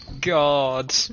god